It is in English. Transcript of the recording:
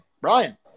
Brian